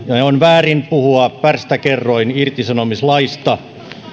on väärin puhua pärstäkerroinirtisanomislaista